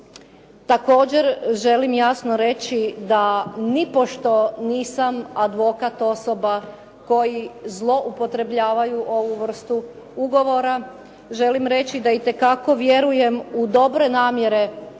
Također želim jasno reći da nipošto nisam advokat osoba koji zloupotrebljavaju ovu vrstu ugovora. Želim reći da itekako vjerujem u dobre namjere